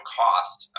cost